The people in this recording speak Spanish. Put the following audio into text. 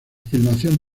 filmación